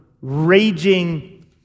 raging